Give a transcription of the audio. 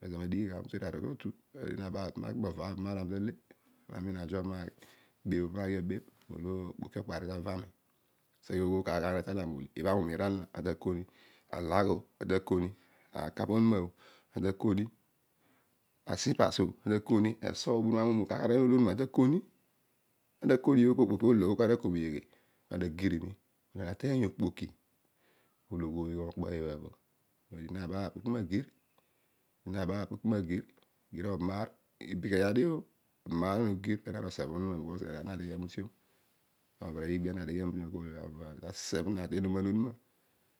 pezo ami nadighi gha. Nabaal pami naki moba aar kami kaale. Ami umiin ajob pami na aghi agir so okpoki okpario ta vo ami seghe ogho kaar lo ne tal zina mo ole. alagh o ana takeni akapa onuma o ana takoni. ashippers o ana takoni. eso obururom ainuum ekaina. kaar kaar ana ta koni ana kagir ni kane ta teiy okpoki olo oghua ghom okpo iibhaa. so nabaal po kia magir. Gir obam aar. ipeleghia dio. obam aar lo ana ugir penaan osebh onuma. obheneer iigbia bho nadeghe akol ami ta sebh zina te- noman onuma